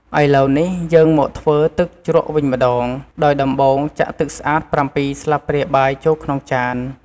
ឥឡូវនេះ យើងមកធ្វើទឹកជ្រក់វិញម្តង ដោយដំបូង ចាក់ទឹកស្អាត ៧ ស្លាបព្រាបាយចូលក្នុងចាន។